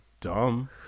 dumb